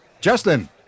Justin